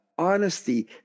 honesty